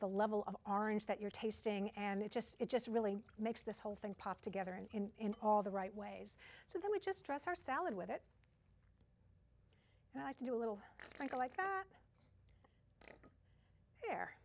the level of orange that you're tasting and it just it just really makes this whole thing pop together in all the right ways so that we just dress our salad with it and i can do a little cleaner like that they're